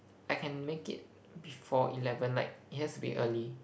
I can make it before eleven like it has to be early